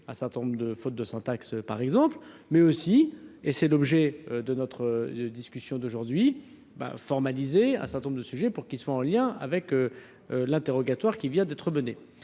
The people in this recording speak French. un certain nombre de fautes de syntaxe, par exemple, mais aussi et c'est l'objet de notre discussion d'aujourd'hui ben formaliser à un certain nombre de sujets pour qu'il soit en lien avec l'interrogatoire qui vient d'être menée,